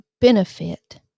benefit